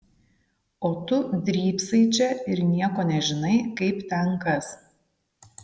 o tu drybsai čia ir nieko nežinai kaip ten kas